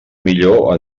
millor